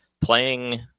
playing